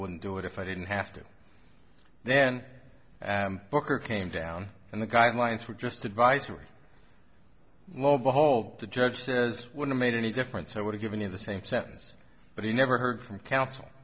wouldn't do it if i didn't have to then booker came down and the guidelines were just advisory low behold the judge says would have made any difference i would've given him the same sentence but he never heard from counsel